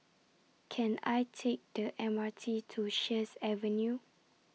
Can I Take The M R T to Sheares Avenue